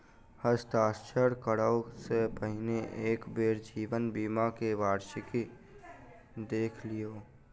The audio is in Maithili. हस्ताक्षर करअ सॅ पहिने एक बेर जीवन बीमा के वार्षिकी देख लिअ